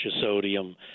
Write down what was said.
sodium